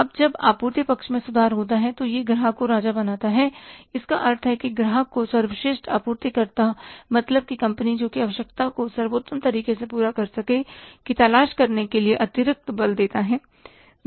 अब जब आपूर्ति पक्ष में सुधार होता है तो यह ग्राहक को राजा बनाता है इसका अर्थ है कि ग्राहक को सर्वश्रेष्ठ आपूर्ति कर्ता मतलब की कंपनी जोकि आवश्यकता को सर्वोत्तम तरीके से पूरा कर सके की तलाश करने के लिए अतिरिक्त बल देता है